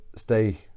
stay